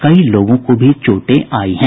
कई लोगों को भी चोटें आयी हैं